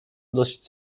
dość